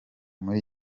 muri